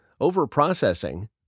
overprocessing